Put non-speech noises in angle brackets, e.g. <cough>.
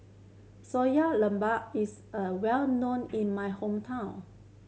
sayur <unintelligible> is a well known in my hometown